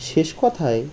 শেষ কথায়